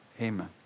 amen